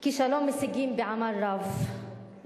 כי שלום משיגים בעמל רב,